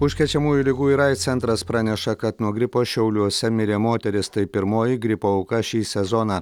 užkrečiamųjų ligų ir aids centras praneša kad nuo gripo šiauliuose mirė moteris tai pirmoji gripo auka šį sezoną